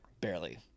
Barely